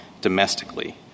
domestically